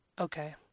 Okay